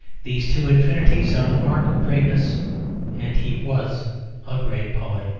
these two infinities are the mark of greatness and he was a great poet.